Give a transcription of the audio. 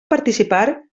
participar